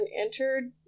entered